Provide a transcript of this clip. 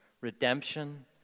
Redemption